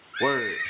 word